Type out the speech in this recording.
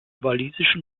walisischen